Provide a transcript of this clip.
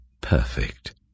perfect